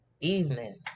evening